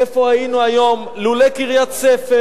איפה היינו היום ללא קריית-ספר?